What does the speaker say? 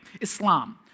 Islam